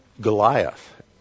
Goliath